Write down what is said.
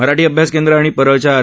मराठी अभ्यास केंद्र आणि परळच्या आर